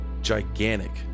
gigantic